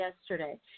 yesterday